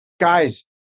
guys